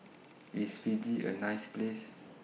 IS Fiji A nice Place